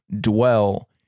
dwell